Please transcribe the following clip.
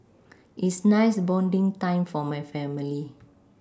is nice bonding time for my family